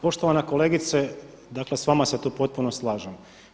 Poštovana kolegice, dakle s vama se tu potpuno slažem.